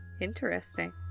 Interesting